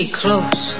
close